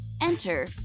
Enter